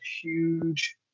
huge